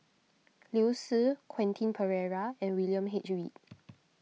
Liu Si Quentin Pereira and William H Read